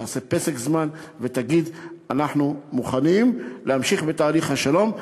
תיקח פסק זמן ותגיד: אנחנו מוכנים להמשיך בתהליך השלום,